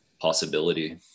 possibility